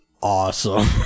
awesome